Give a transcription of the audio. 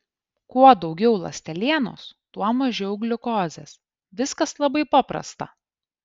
kuo daugiau ląstelienos tuo mažiau gliukozės viskas labai paprasta